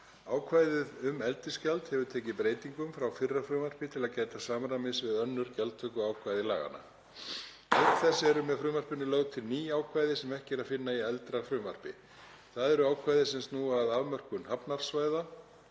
Ákvæðið um eldisgjald hefur tekið breytingum frá fyrra frumvarpi til að gæta samræmis við önnur gjaldtökuákvæði laganna. Auk þess eru með frumvarpinu lögð til ný ákvæði sem ekki er að finna í eldra frumvarpi. Það eru ákvæði sem snúa að afmörkun hafnarsvæða,